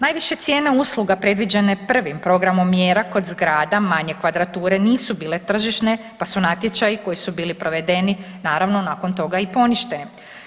Najviše cijene usluga predviđene prvim programom mjera kod zgrada manje kvadrature nisu bile tržišne pa su natječaji koji su bili provedeni naravno nakon toga i poništeni.